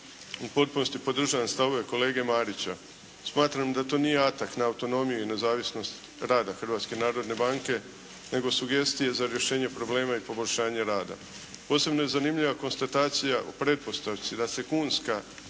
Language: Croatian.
u potpunosti podržavam stavove kolege Marića. Smatram da to nije atak na autonomiju i nezavisnost rada Hrvatske narodne banke nego sugestije za rješenje problema i poboljšanje rada. Posebno je zanimljiva konstatacija o pretpostavci da se kunska